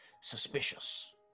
suspicious